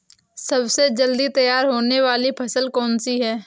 सबसे जल्दी तैयार होने वाली फसल कौन सी है?